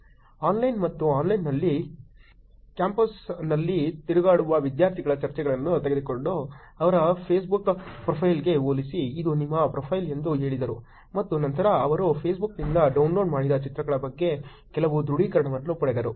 offline ಮತ್ತು ಆನ್ಲೈನ್ನಲ್ಲಿ ಕ್ಯಾಂಪಸ್ನಲ್ಲಿ ತಿರುಗಾಡುವ ವಿದ್ಯಾರ್ಥಿಗಳ ಚಿತ್ರಗಳನ್ನು ತೆಗೆದುಕೊಂಡು ಅವರ ಫೇಸ್ಬುಕ್ ಪ್ರೊಫೈಲ್ಗೆ ಹೋಲಿಸಿ ಇದು ನಿಮ್ಮ ಪ್ರೊಫೈಲ್ ಎಂದು ಹೇಳಿದರು ಮತ್ತು ನಂತರ ಅವರು ಫೇಸ್ಬುಕ್ನಿಂದ ಡೌನ್ಲೋಡ್ ಮಾಡಿದ ಚಿತ್ರಗಳ ಬಗ್ಗೆ ಕೆಲವು ದೃಢೀಕರಣವನ್ನು ಪಡೆದರು